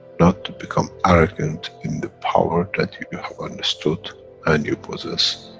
not to become arrogant in the power that you have understood and you possess,